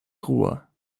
ruhr